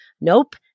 nope